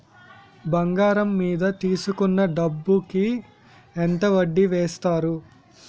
బంగారం మీద తీసుకున్న డబ్బు కి ఎంత వడ్డీ వేస్తారు?